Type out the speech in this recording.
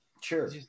Sure